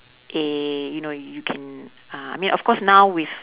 eh you know you can uh I mean of course now with